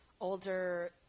older